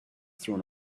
thrown